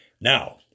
Now